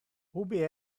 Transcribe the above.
ubi